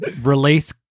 release